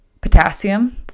potassium